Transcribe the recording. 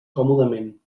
còmodament